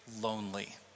lonely